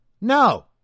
No